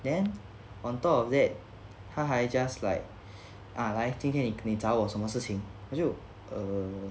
then on top of that 他还 just like ah 来今天你你找我什么事情我就 err